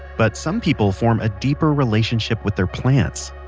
but some people form a deeper relationship with their plants.